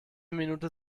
minute